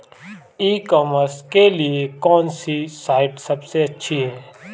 ई commerce के लिए कौनसी साइट सबसे अच्छी है?